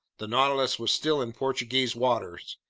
the nautilus was still in portuguese waters.